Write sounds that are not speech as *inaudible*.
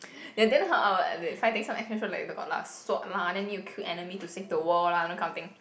*breath* ya then hor I will like the got lah sword lah then you kill enemy to save the world lah those kind of thing